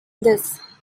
this